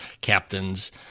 captains